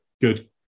good